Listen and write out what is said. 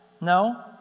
No